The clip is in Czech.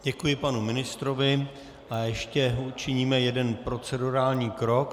Děkuji panu ministrovi a ještě učiníme jeden procedurální krok.